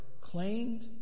claimed